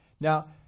Now